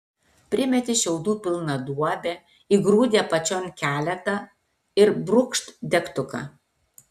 primeti šiaudų pilną duobę įgrūdi apačion keletą ir brūkšt degtuką